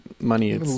money